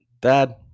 Dad